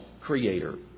creator